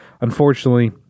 unfortunately